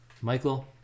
Michael